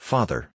Father